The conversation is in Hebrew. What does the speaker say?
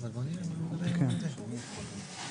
לא,